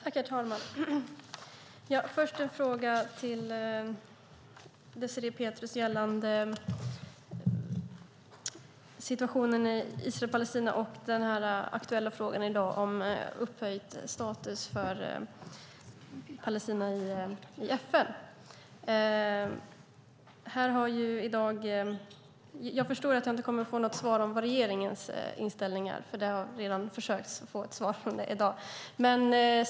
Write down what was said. Herr talman! Jag har först en fråga gällande situationen i Israel och Palestina och den i dag aktuella frågan om upphöjd status för Palestina i FN. Jag förstår att jag inte får något svar på vad regeringens inställning är. Det har andra redan försökt få svar på.